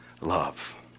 love